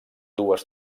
dues